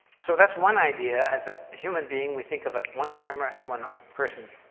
so, that's one idea as a human being, we think of ah one camera and one person.